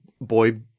boy